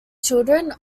children